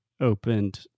opened